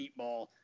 meatball